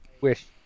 wish